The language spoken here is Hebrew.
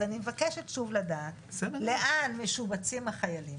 אז אני מבקשת שוב לדעת לאן משובצים החיילים,